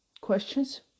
questions